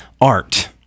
art